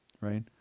right